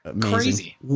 Crazy